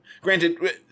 Granted